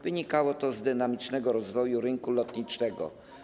Wynikało to z dynamicznego rozwoju rynku lotniczego.